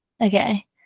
Okay